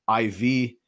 IV